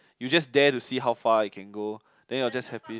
you just dare to see how far I can go then you are just happy